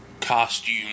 costume